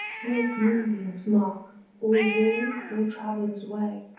no moonbeams mark or wall, or traveller's way